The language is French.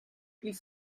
ils